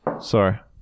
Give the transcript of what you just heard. Sorry